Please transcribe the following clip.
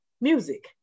Music